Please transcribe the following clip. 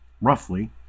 roughly